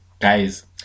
Guys